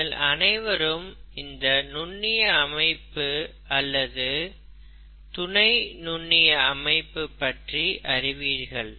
நீங்கள் அனைவரும் இந்த நுண்ணிய அமைப்பு அல்லது துணை நுண்ணிய அமைப்பு பற்றி அறிவீர்கள்